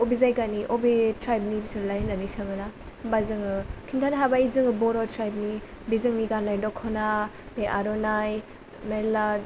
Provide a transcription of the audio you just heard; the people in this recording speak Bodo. बबे जायगानि बबे ट्राइब नि बिसोरलाय होननानै सोङोना होमबा जोङो खिन्थानो हाबाय जोङो बर' ट्राइब नि बे जोंनि गाननाय द'खना बे आर'नाय मेल्ला